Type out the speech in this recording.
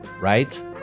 right